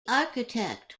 architect